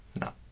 No